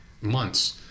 months